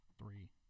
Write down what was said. three